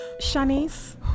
Shanice